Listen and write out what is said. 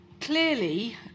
clearly